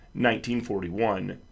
1941